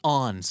on